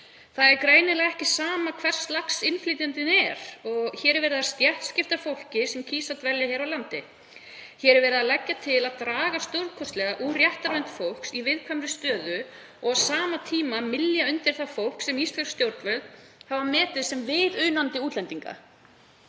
Það er greinilega ekki sama hvers lags innflytjandinn er. Hér er verið að stéttskipta fólki sem kýs að dvelja hér á landi. Hér er verið að leggja til að draga stórkostlega úr réttarvernd fólks í viðkvæmri stöðu og á sama tíma mylja undir það fólk sem íslensk stjórnvöld hafa metið sem viðunandi útlendinga.